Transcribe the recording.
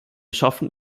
schaffen